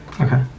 Okay